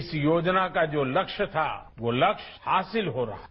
इस योजना का जो लक्ष्य था वो लक्ष्य हासिल हो रहा है